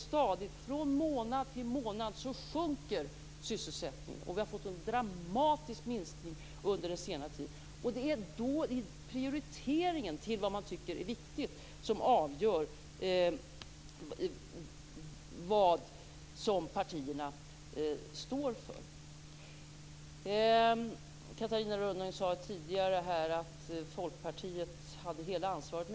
Men från månad till månad sjunker sysselsättningen stadigt, och minskningen har varit dramatisk under senare tid. Det är prioriteringen av vad man tycker är viktigt som avgör vad partierna står för. Catarina Rönnung sade tidigare att Folkpartiet hade hela ansvaret.